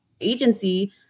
agency